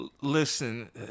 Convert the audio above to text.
listen